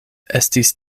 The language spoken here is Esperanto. estis